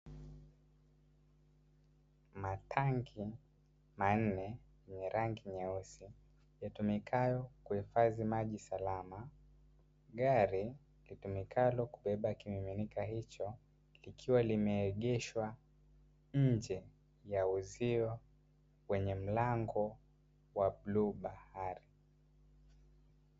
Matangi manne yenye rangi nyeusi, yatumikayo kuhifadhi maji salama, gari litumikalo kubeba kimiminika hicho likiwa limeegeshwa nje ya uzio wenye mlango wa bluu bahari.